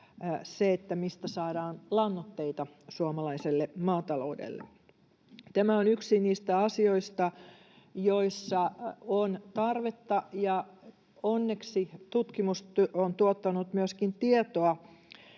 mistä saadaan lannoitteita suomalaiselle maataloudelle. Tämä on yksi niistä asioista, joissa on tarvetta, ja onneksi tutkimus on tuottanut myöskin tietoa